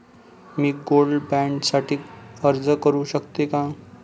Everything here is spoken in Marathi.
मी गोल्ड बॉण्ड साठी अर्ज करु शकते का?